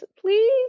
please